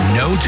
no